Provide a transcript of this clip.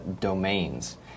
domains